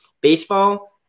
Baseball